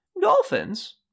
Dolphins